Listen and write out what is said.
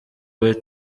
want